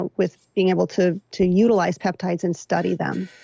ah with being able to to utilize peptides and study them